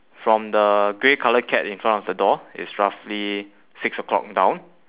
from the grey colour cat in front of the door it's roughly six O clock down